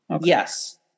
Yes